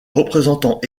représentant